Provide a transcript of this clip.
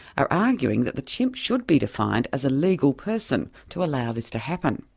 are arguing that the chimp should be defined as a legal person to allow this to happen.